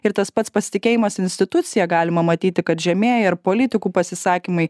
ir tas pats pasitikėjimas institucija galima matyti kad žemėja ir politikų pasisakymai